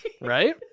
Right